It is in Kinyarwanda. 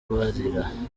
barira